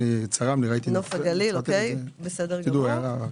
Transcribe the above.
בסדר גמור.